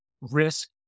risk